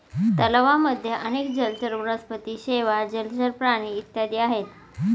तलावांमध्ये अनेक जलचर वनस्पती, शेवाळ, जलचर प्राणी इत्यादी आहेत